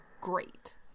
great